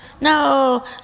no